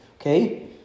okay